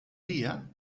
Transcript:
dia